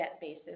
basis